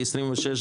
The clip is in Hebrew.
בסעיף